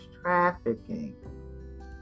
trafficking